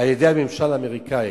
על-ידי הממשל האמריקני